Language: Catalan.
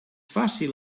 fàcil